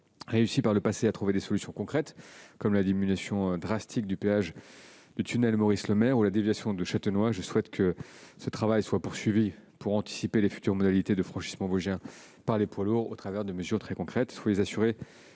réussi par le passé à trouver des solutions concrètes, comme la diminution drastique du péage du tunnel Maurice-Lemaire ou la déviation de Châtenois. Je souhaite que ce travail soit poursuivi pour anticiper les futures modalités de franchissement vosgien par les poids lourds au travers de mesures très concrètes.